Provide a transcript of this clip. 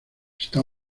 está